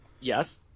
yes